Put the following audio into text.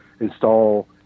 install